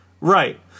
Right